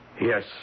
Yes